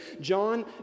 John